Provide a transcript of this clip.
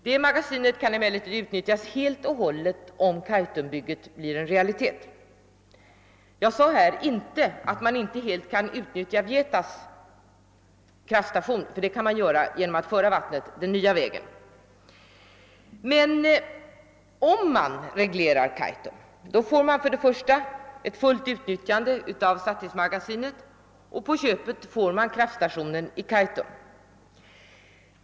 Detta magasin kan emellertid utnyttjas helt och hållet om Kaitumbygget blir en realitet och man för vattnet den nya vägen. Om man reglerar Kaitum, får man alltså ett fullt utnyttjande av Satismagasinet, och på köpet får man en kraftstation i Kaitum.